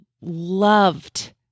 loved